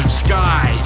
sky